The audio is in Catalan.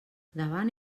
davant